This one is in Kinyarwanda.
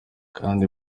kandi